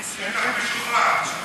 שטח משוחרר.